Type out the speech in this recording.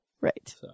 Right